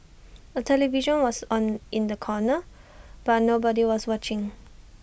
A television was on in the corner but nobody was watching